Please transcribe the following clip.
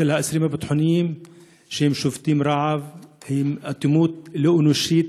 של האסירים הביטחוניים ששובתים רעב היא אטימות לא אנושית,